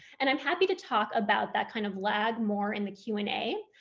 and i'm happy to talk about that kind of lag more in the q and a,